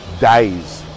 days